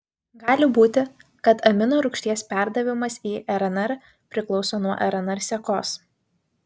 gali būti kad aminorūgšties perdavimas į rnr priklauso nuo rnr sekos